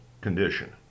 condition